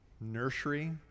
nursery